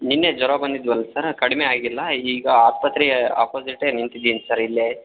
ನಿನ್ನೆ ಜ್ವರ ಬಂದಿದ್ವಲ್ಲ ಸರ್ ಕಡಿಮೆ ಆಗಿಲ್ಲ ಈಗ ಆಸ್ಪತ್ರೆಯ ಆಪೊಸಿಟೇ ನಿಂತಿದೀನಿ ಸರ್ ಇಲ್ಲೇ